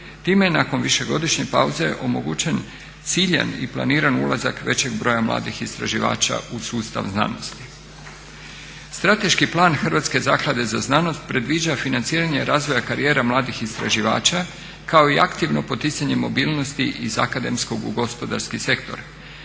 Time je nakon višegodišnje pauze omogućen ciljan i planiran ulazak većeg broja mladih istraživača u sustav znanosti. Strateški plan Hrvatske zaklade za znanost predviđa financiranje razvoja karijera mladih istraživača kao i aktivno poticanje mobilnosti iz akademskog u gospodarski sektor.